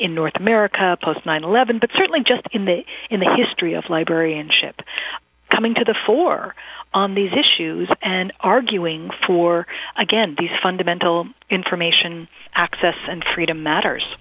in north america post nine eleven but certainly just in the in the history of librarianship coming to the fore on these issues and arguing for again these fundamental information access and freedom matters